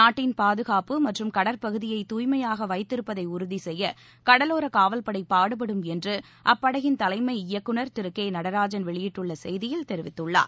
நாட்டின் பாதுகாப்பு மற்றும் கடற்பகுதியை தூய்மையாக வைத்திருப்பதை உறுதி செய்ய கடலோர காவல்படை பாடுபடும் என்று அப்படையின்தலைமை இயக்குநர் திருகேநடராஜன் வெளியிட்டுள்ள செய்தியில் தெரிவித்துள்ளார்